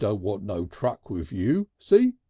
ah want no truck with you. see?